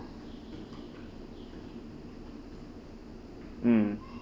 mm